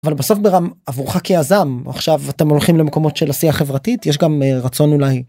אבל בסוף ברמ.. עבורך כיזם, עכשיו אתם הולכים למקומות של עשייה חברתית? יש גם רצון אולי...